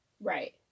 Right